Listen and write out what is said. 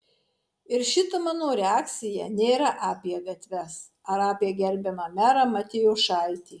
ir šita mano reakcija nėra apie gatves ar apie gerbiamą merą matijošaitį